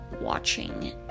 watching